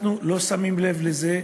אנחנו לא שמים לב לזה,